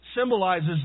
symbolizes